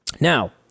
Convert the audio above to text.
Now